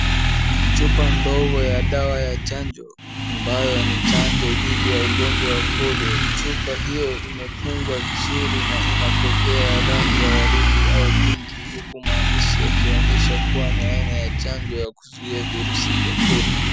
Chupa ndogo ya dawa ya chanjo ambayo ni chanjo dhidi ya ugonjwa wa polio. Chupa hiyo imefungwa vizuri na ina kofia ya rangi ya waridi au pinki huku maandishi yakionyesha kuwa ni aina ya chanjo ya kuzuia virusi vya polio.